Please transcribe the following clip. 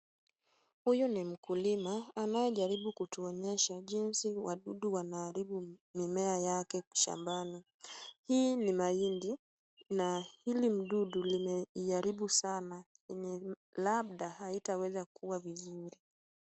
Huyu ni mkulima anayejaribu kutuonyesha jinsi wadudu wanaharibu mimea yake shambani. Hii ni mahindi na hili mdudu limeiharibu sana yenye labda haitaweza kua vizuri.